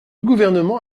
gouvernement